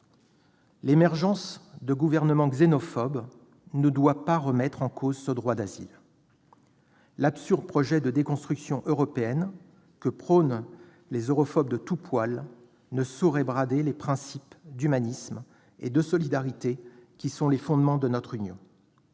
L'émergence de gouvernements xénophobes ne doit pas remettre en cause le droit d'asile. L'absurde projet de déconstruction européenne que prônent les europhobes de tout poil ne saurait amener à brader les principes d'humanisme et de solidarité qui sont les fondements de notre Union.